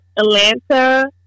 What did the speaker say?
Atlanta